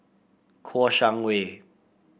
Kouo Shang Wei